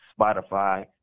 Spotify